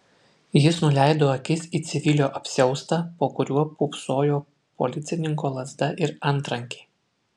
jis nuleido akis į civilio apsiaustą po kuriuo pūpsojo policininko lazda ir antrankiai